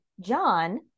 john